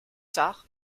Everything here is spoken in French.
tard